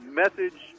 message